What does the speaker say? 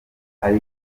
ari